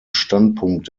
standpunkt